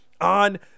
on